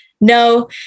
No